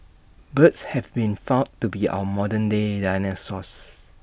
birds have been found to be our modern day dinosaurs